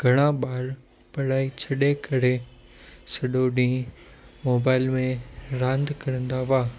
घणा ॿार पढ़ाई छॾे करे सॼो ॾींहुं मोबाइल में रांदि करंदा हुआ